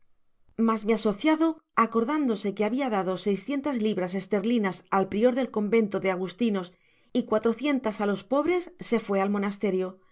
mas mi asociado acordándose que habia dado libras esterlinas al prior del convento de agustinos y á los pobres se fué al monasterio